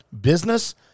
business